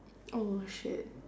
oh shit